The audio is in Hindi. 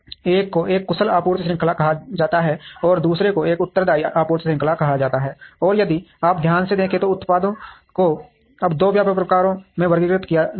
एक को एक कुशल आपूर्ति श्रृंखला कहा जाता है और दूसरे को एक उत्तरदायी आपूर्ति श्रृंखला कहा जाता है और यदि आप ध्यान से देखें तो उत्पादों को अब दो व्यापक प्रकारों में वर्गीकृत किया गया है